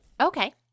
okay